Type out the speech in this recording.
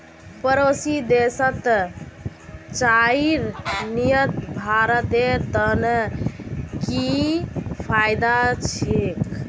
पड़ोसी देशत चाईर निर्यात भारतेर त न किफायती छेक